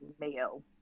mayo